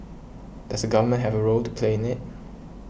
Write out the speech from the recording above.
does the government have a role to play in it